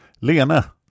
lena